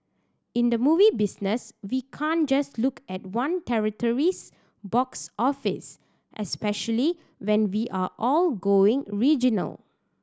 in the movie business we can't just look at one territory's box office especially when we are all going regional